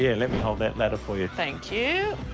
yeah let me hold that ladder for you. thank you.